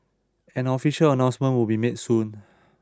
an official announcement would be made soon